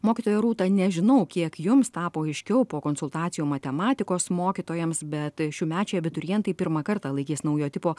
mokytoja rūta nežinau kiek jums tapo aiškiau po konsultacijų matematikos mokytojams bet šiųmečiai abiturientai pirmą kartą laikys naujo tipo